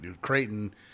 Creighton